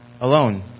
alone